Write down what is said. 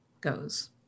goes